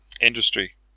Industry